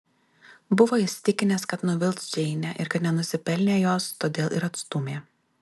buvo įsitikinęs kad nuvils džeinę ir kad nenusipelnė jos todėl ir atstūmė